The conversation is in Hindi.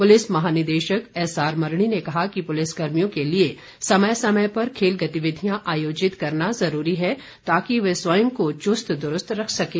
पुलिस महानिदेशक एसआर मरड़ी ने कहा कि पुलिस कर्मियों के लिए समय समय पर खेल गतिविधियां आयोजित करना ज़रूरी है ताकि वे स्वयं को चुस्त दुरूस्त रख सकें